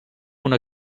una